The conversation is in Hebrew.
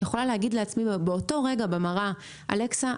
יכולה להגיד לעצמי באותו רגע במראה: אלכסה,